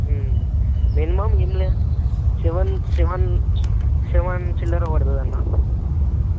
minimum ఏం లేదన్నా seven seven seven చిల్లర పడుతుంది అన్న